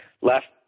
left